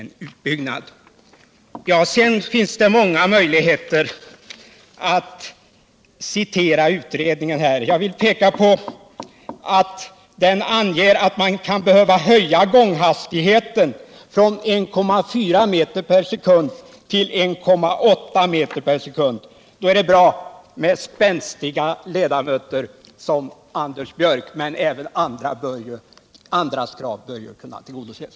Det finns många möjligheter att citera utredningen. lag vill peka på att den anger att man kan behöva höja gånghastigheten från 1,4 meter per sekund till 1,8 meter per sekund. Då är det bra med spänstiga ledamöter som Anders Björck, men även andras krav bör kunna tillgodoses.